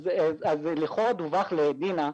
אז לכאורה דווח לדינה,